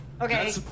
Okay